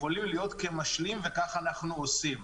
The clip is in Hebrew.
יכולים להיות כמשלים, וכך אנחנו עושים.